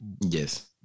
yes